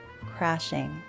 crashing